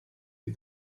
dei